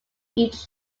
each